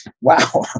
Wow